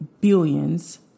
billions